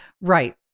Right